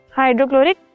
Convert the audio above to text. hydrochloric